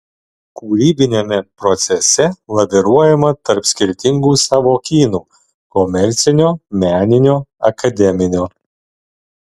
kūrybiniame procese laviruojama tarp skirtingų sąvokynų komercinio meninio akademinio